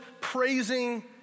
praising